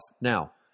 Now